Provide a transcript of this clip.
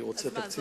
אני רוצה תקציב,